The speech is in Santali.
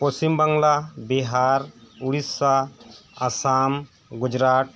ᱯᱚᱪᱤᱢ ᱵᱟᱝᱞᱟ ᱵᱤᱦᱟᱨ ᱳᱲᱤᱥᱟ ᱟᱥᱟᱢ ᱜᱩᱡᱩᱨᱟᱴ